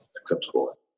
acceptable